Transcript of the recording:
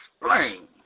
explain